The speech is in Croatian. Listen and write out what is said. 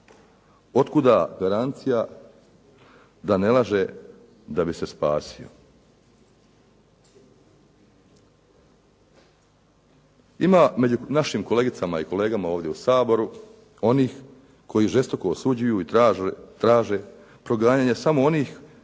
otkuda garancija da ne laže da bi se spasio? Ima među našim kolegicama i kolegama ovdje u Saboru onih koji žestoko osuđuju i traže proganjanje samo onih